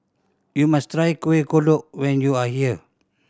you must try Kuih Kodok when you are here